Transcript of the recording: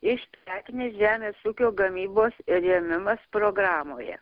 iš prekinės žemės ūkio gamybos rėmimas programoje